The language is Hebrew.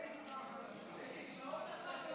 אלה תוצאות